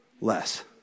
less